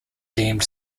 deemed